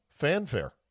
fanfare